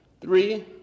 three